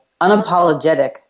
unapologetic